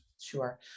Sure